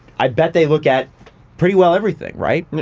i bet they look at pretty well everything right?